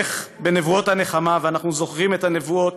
איך בנבואות הנחמה, ואנחנו זוכרים את הנבואות,